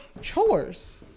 chores